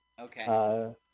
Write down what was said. Okay